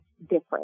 different